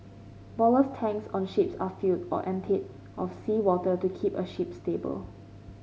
ballast tanks on ships are filled or emptied of seawater to keep a ship stable